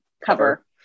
cover